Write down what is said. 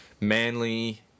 Manly